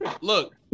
look